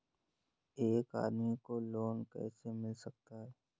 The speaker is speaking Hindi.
एक आदमी को लोन कैसे मिल सकता है?